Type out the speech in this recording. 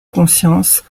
conscience